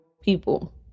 people